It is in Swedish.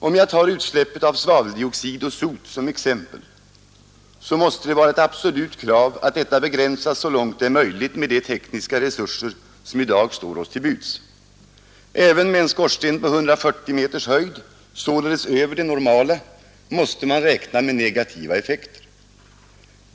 Om jag tar utsläppet av svaveldioxid och sot som exempel, så måste det vara ett absolut krav att detta begränsas så långt det är möjligt med de tekniska resurser som i dag står oss till buds. Även med en skorsten på 140 meters höjd — således över det normala — måste man räkna med negativa effekter.